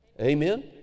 Amen